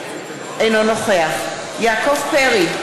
אינו נוכח יעקב פרי,